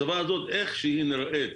השפה הזו, איך שהיא נראית,